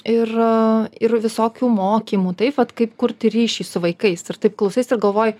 ir ir visokių mokymų taip vat kaip kurti ryšį su vaikais ir taip klausais galvoji